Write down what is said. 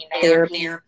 therapy